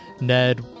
Ned